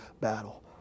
battle